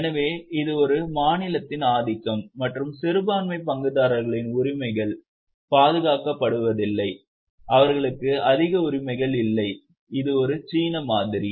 எனவே இது ஒரு மாநிலத்தின் ஆதிக்கம் மற்றும் சிறுபான்மை பங்குதாரர்களின் உரிமைகள் பாதுகாக்கப்படுவதில்லை அவர்களுக்கு அதிக உரிமைகள் இல்லை அது ஒரு சீன மாதிரி